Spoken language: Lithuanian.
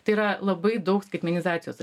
tai yra labai daug skaitmenizacijos